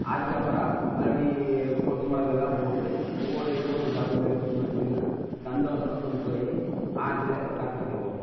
அதுக்கப்புறம் மறுபடி கொட்டுமோளகெல்லாம் போட்டு ஊரையவே ஒரு ரவுண்டு அடிச்சிகிட்டு வந்துங்க சந்தோஷமாக கொண்டு போய் ஆத்தில் கரைச்சிடுவோம்